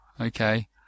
okay